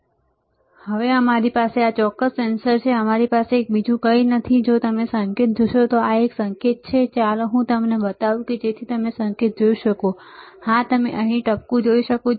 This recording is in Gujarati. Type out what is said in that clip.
તો હવે અમારી પાસે આ ચોક્કસ સેન્સર છે અમારી પાસે કંઈ નથી પણ જો તમે સંકેત જોશો તો તે એક સંકેત છે ચાલો હું તમને તે બતાવું જેથી તમે સંકેત જોઈ શકો હા હા તમે અહીં ટપકું જોઈ શકો છો